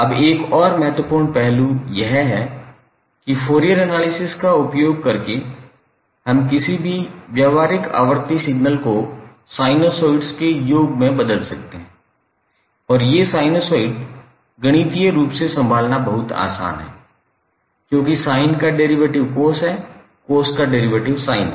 अब एक और महत्वपूर्ण पहलू यह है कि फूरियर एनालिसिस का उपयोग करके हम किसी भी व्यावहारिक आवर्ती सिग्नल को साइनसोइड्स के योग में बदल सकते हैं और ये साइनसोइड गणितीय रूप से संभालना बहुत आसान है क्योंकि sin का डेरीवेटिव cos है cos का डेरीवेटिव sin है